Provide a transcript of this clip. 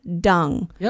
dung